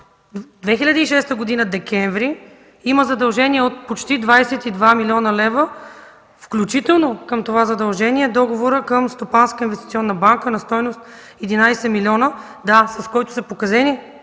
2006 г. има задължения от почти 22 милиона лева, включително към това задължение е договорът към Стопанска инвестиционна банка на стойност 11 милиона. Със заемът са погасени